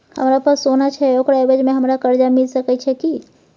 हमरा पास सोना छै ओकरा एवज में हमरा कर्जा मिल सके छै की?